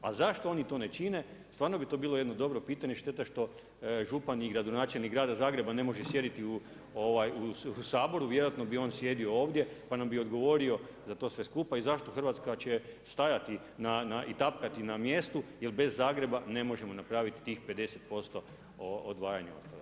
A zašto oni to ne čine, stvarno bi to bilo jedno dobro pitanje, šteta što župan i gradonačelnik grada Zagreba ne može sjediti u Saboru, vjerojatno bi on sjedio ovdje pa bi nam odgovorio za to sve skupa i zašto Hrvatska će stajati i tapkati na mjestu, jer bez Zagreba ne možemo napraviti tih 50% odvajanja otpada.